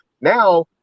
now